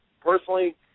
personally